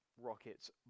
rockets